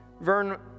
Vern